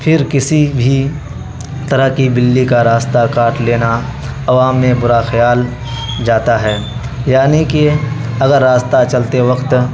پھر کسی بھی طرح کی بلّی کا راستہ کاٹ لینا عوام میں برا خیال جاتا ہے یعنی کہ اگر راستہ چلتے وقت